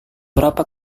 berapa